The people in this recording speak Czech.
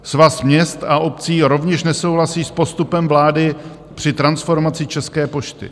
Svaz měst a obcí rovněž nesouhlasí s postupem vlády při transformaci České pošty.